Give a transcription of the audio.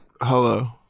Hello